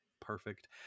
perfect